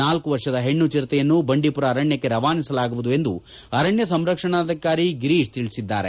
ನಾಲ್ಕ ವರ್ಷದ ಹೆಣ್ಣು ಚಿರತೆಯನ್ನು ಬಂಡಿಪುರ ಅರಣ್ಯಕ್ಕೆ ರವಾನಿಸಲಾಗುವುದು ಎಂದು ಅರಣ್ಯ ಸಂರಕ್ಷಣಾಧಿಕಾರಿ ಗಿರೀಶ್ ತಿಳಿಸಿದ್ದಾರೆ